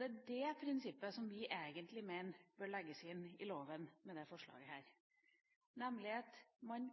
Det er det prinsippet vi egentlig mener bør legges inn i loven med dette forslaget, at man